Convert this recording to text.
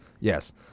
Yes